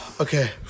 Okay